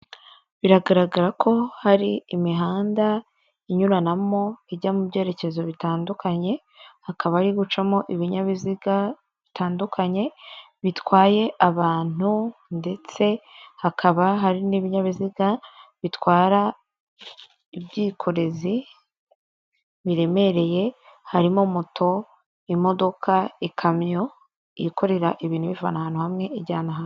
Biragaragara ko hari imihanda inyuranamo ijya mu byerekezo bitandukanye, hakaba ari gucamo ibinyabiziga bitandukanye, bitwaye abantu ndetse hakaba hari n'ibinyabiziga bitwara ubwikorezi biremereye, harimo moto, imodoka, ikamyo yikorera ibintu, ibivana ahantu hamwe ibijyana ahandi.